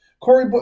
Corey